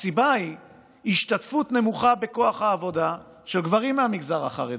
הסיבה היא השתתפות נמוכה בכוח העבודה של גברים מהמגזר החרדי.